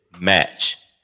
match